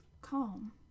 calm